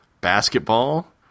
basketball